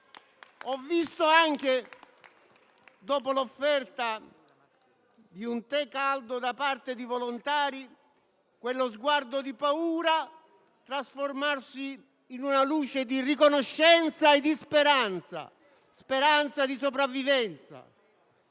Ho visto anche, dopo l'offerta di un tè caldo da parte di volontari, quello sguardo di paura trasformarsi in una luce di riconoscenza e di speranza, speranza di sopravvivenza.